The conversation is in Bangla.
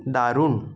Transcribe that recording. দারুণ